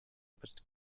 but